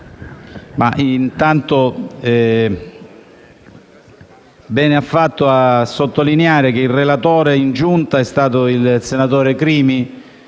anzitutto bene ha fatto a sottolineare che il relatore in Giunta è stato il senatore Crimi,